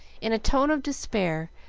in a tone of despair,